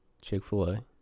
Chick-fil-A